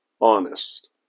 honest